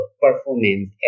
performance